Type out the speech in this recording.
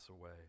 away